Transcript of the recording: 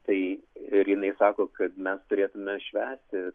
tai ir jinai sako kad mes turėtume švęsti